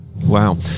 Wow